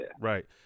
Right